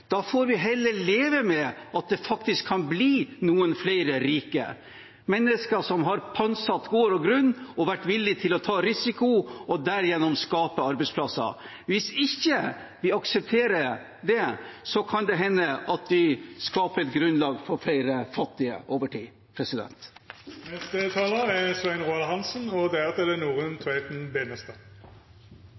Da får vi heller leve med at det faktisk kan bli noen flere rike – mennesker som har pantsatt gård og grunn og vært villig til å ta risiko og derigjennom skape arbeidsplasser. Hvis vi ikke aksepterer det, kan det hende at vi over tid skaper et grunnlag for flere fattige. Jeg hørte vitterlig at Fremskrittspartiets representant Halleland sa at vi ville ha de samme rammebetingelsene og